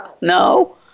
No